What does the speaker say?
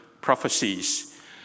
prophecies